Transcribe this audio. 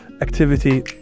activity